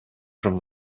from